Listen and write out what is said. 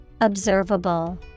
observable